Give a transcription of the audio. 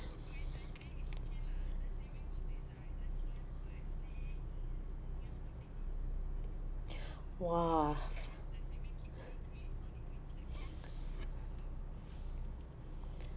!wah!